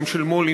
גם של מו"לים,